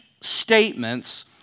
statements